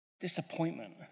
disappointment